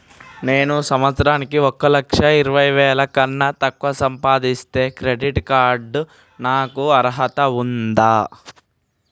నేను సంవత్సరానికి ఒక లక్ష ఇరవై వేల కన్నా తక్కువ సంపాదిస్తే క్రెడిట్ కార్డ్ కు నాకు అర్హత ఉందా?